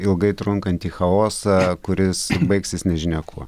ilgai trunkantį chaosą kuris baigsis nežinia kuo